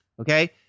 okay